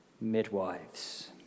midwives